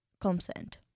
consent